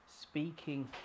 speaking